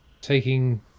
taking